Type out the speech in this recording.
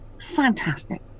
fantastic